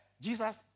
Jesus